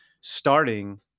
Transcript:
starting